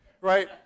Right